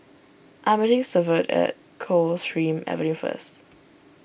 I'm meeting Severt at Coldstream Avenue first